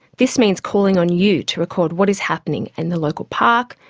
this means calling on you to record what is happening in the local park,